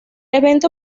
evento